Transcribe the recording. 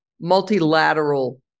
multilateral